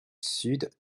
sud